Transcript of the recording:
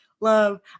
love